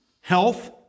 health